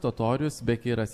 totorius bekiras